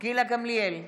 גילה גמליאל,